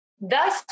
thus